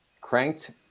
cranked